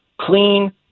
clean